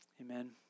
Amen